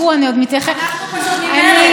הייתן רוצות,